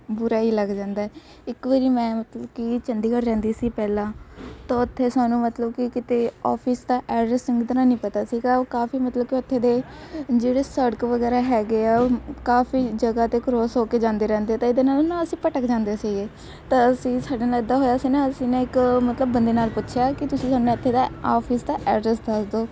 ਬੁਰਾ ਹੀ ਲੱਗ ਜਾਂਦਾ ਇੱਕ ਵਾਰੀ ਮੈਂ ਮਤਲਬ ਕਿ ਚੰਡੀਗੜ੍ਹ ਰਹਿੰਦੀ ਸੀ ਪਹਿਲਾਂ ਤਾਂ ਉੱਥੇ ਸਾਨੂੰ ਮਤਲਬ ਕਿ ਕਿਤੇ ਔਫਿਸ ਦਾ ਐਡਰੈਸ ਚੰਗੀ ਤਰ੍ਹਾਂ ਨਹੀਂ ਪਤਾ ਸੀਗਾ ਉਹ ਕਾਫੀ ਮਤਲਬ ਕਿ ਉੱਥੇ ਦੇ ਜਿਹੜੇ ਸੜਕ ਵਗੈਰਾ ਹੈਗੇ ਆ ਉਹ ਕਾਫੀ ਜਗ੍ਹਾ 'ਤੇ ਕਰੋਸ ਹੋ ਕੇ ਜਾਂਦੇ ਰਹਿੰਦੇ ਤਾਂ ਇਹਦੇ ਨਾਲ ਨਾ ਅਸੀਂ ਭਟਕ ਜਾਂਦੇ ਸੀਗੇ ਤਾਂ ਅਸੀਂ ਸਾਡੇ ਨਾਲ ਇੱਦਾਂ ਹੋਇਆ ਸੀ ਨਾ ਅਸੀਂ ਨਾ ਇੱਕ ਮਤਲਬ ਬੰਦੇ ਨਾਲ ਪੁੱਛਿਆ ਕਿ ਤੁਸੀਂ ਸਾਨੂੰ ਇੱਥੇ ਦਾ ਆਫਿਸ ਦਾ ਐਡਰੈਸ ਦੱਸ ਦੋ